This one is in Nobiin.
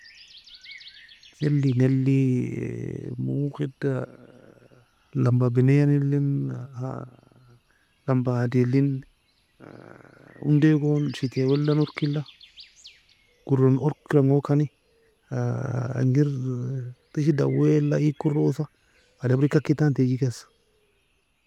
Naley naley edan لمبة بنية elin لمبة عادي elin onday gon شتاء welen orkiy la gouren welen orkira engokani engir طست dawila eage ka orosa ademri kakiy ken tan teage kesa.